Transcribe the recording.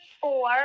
four